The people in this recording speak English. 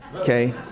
okay